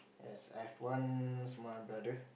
yes I've one small brother